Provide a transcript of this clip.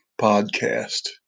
podcast